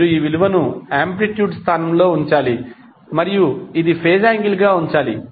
మీరు ఈ విలువను ఆంప్లిట్యూడ్ స్థానంలో ఉంచాలి మరియు ఇది ఫేజ్ యాంగిల్ గా ఉంచాలి